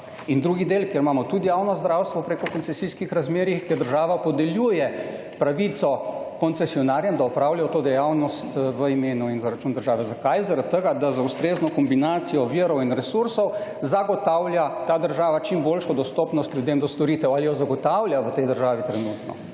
drugi del, kjer imamo tudi javno zdravstvo preko koncesijskih razmerjih, kjer država podeljuje pravico koncesionarjem, da opravljajo to dejavnost v imenu in za račun države. Zakaj? Zato da z ustrezno kombinacijo virov in resursov zagotavlja ta država čim boljšo dostopnost ljudem do storitev. Ali jo zagotavlja v tej državi trenutno?